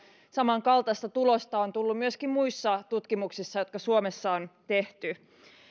samankaltaisia tuloksia on tullut myöskin muissa tutkimuksissa jotka suomessa on tehty